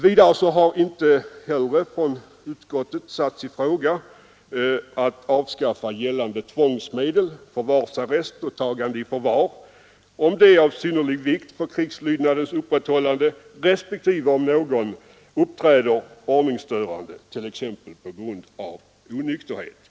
Vidare har inte heller från utskottet satts i fråga att avskaffa gällande tvångsmedel, förvarsarrest och tagande i förvar, om det är av synnerlig vikt för krigslydnadens upprätthållande, respektive om någon uppträder ordningsstörande t.ex. på grund av onykterhet.